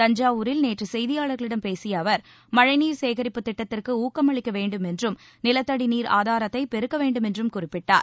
தஞ்சாவூரில் நேற்று செய்தியாளர்களிடம் பேசிய அவர் மழைநீர் சேகரிப்பு திட்டத்திற்கு ஊக்கமளிக்க வேண்டும் என்றும் நிலத்தடி நீர் ஆதாரத்தை பெருக்க வேண்டும் என்றும் குறிப்பிட்டார்